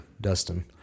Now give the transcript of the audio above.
Dustin